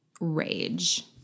rage